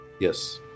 Yes